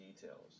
details